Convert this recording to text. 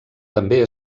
també